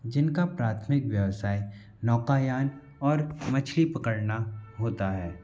जिनका प्राथमिक व्यवसाय नौकायान और मछली पकड़ना होता है